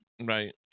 Right